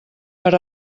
per